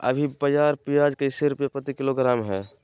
अभी बाजार प्याज कैसे रुपए प्रति किलोग्राम है?